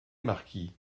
marquis